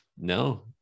No